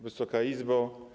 Wysoka Izbo!